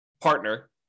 partner